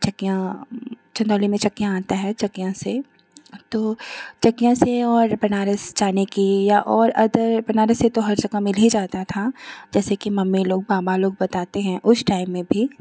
यहाँ चकियाँ चन्दौली में चकियाँ आता है चकियाँ से तो चकिया से और बनारस जाने की या और अदर बनारस से तो हर जगह मिल ही जाता था जैसे कि मम्मी लोग मामा लोग बताते हैं उस टाइम में भी